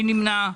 מי נמנע?